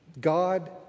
God